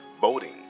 voting